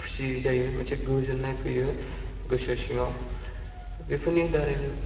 खुसि जायो मोनसे गोजोनना फैयो गोसो सिङाव बेफोरनि दारैनो